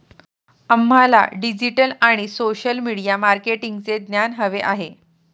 आम्हाला डिजिटल आणि social media मार्केटिंगचे ज्ञान हवे आहे